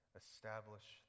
establish